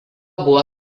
buvo